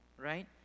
right